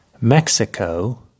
Mexico